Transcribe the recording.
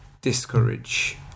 discourage